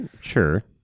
Sure